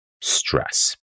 stress